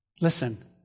Listen